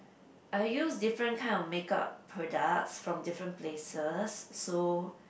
I use different kind of makeup products from different places so